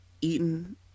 eaten